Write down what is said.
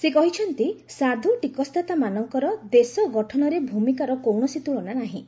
ସେ କହିଚ୍ଚନ୍ତି ସାଧ୍ର ଟିକସଦାତାମାନଙ୍କର ଦେଶ ଗଠନରେ ଭୂମିକାର କୌଣସି ତୁଳନା ନାହିଁ